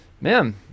man